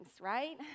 right